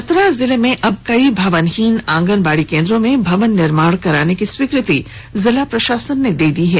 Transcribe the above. चतरा जिले में अब कई भवनहीन आंगनबाड़ी केन्द्रो में भवन निर्माण कराने की स्वीकृति जिला प्रशासन ने दे दी है